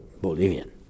Bolivian